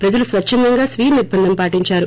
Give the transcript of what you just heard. ప్రజలు స్వచ్చందంగా స్వీయనిర్భందం పాటించారు